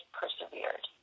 persevered